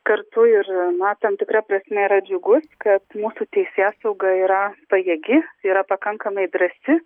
kartu ir na tam tikra prasme yra džiugus kad mūsų teisėsauga yra pajėgi yra pakankamai drąsi